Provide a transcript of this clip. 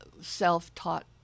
self-taught